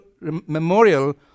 memorial